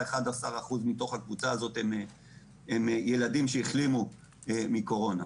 11% ילדים שהחלימו מקורונה.